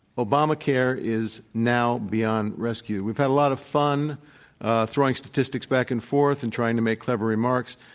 obamacare is now beyond rescue. we've had a lot of fun throwing statistics back and forth and trying to make clever remarks,